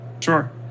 Sure